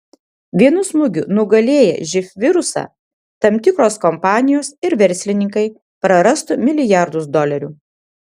vienu smūgiu nugalėję živ virusą tam tikros kompanijos ir verslininkai prarastų milijardus dolerių